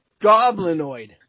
Goblinoid